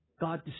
God